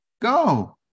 Go